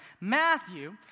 Matthew